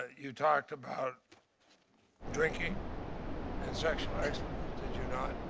ah you talked about drinking and sexual exploitation, did you not?